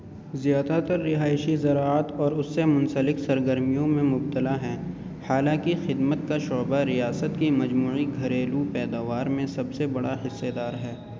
زیادہ تر رہائشی زراعت اور اس سے منسلک سرگرمیوں میں مبتلا ہیں حالانکہ خدمت کا شعبہ ریاست کی مجموعی گھریلو پیداوار میں سب سے بڑا حصے دار ہے